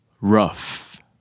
rough